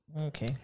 Okay